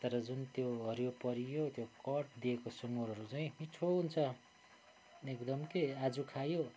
तर जुन त्यो हरियो परियो त्यो कट दिएको सुँगुरहरू चाहिँ मिठो हुन्छ एकदम के आज खायो